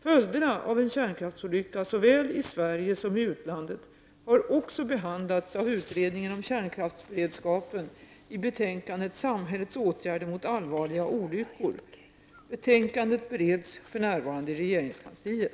Följderna av en kärnkraftsolycka såväl i Sverige som i utlandet har också behandlats av utredningen om kärnkraftsberedskapen i betänkandet ”Samhällets åtgärder mot allvarliga olyckor” . Betänkandet bereds för närvarande i regeringskansliet.